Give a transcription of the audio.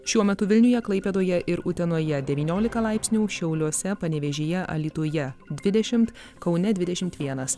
šiuo metu vilniuje klaipėdoje ir utenoje devyniolika laipsnių šiauliuose panevėžyje alytuje dvidešimt kaune dvidešimt vienas